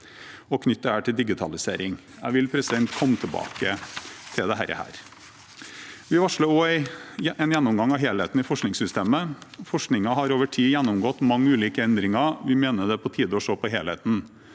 og knytte det til digitalisering. Jeg vil komme tilbake til dette. Vi varsler også en gjennomgang av helheten i forskningssystemet. Forskningen har over tid gjennomgått mange ulike endringer. Vi mener det er på tide å se på helheten.